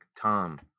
Tom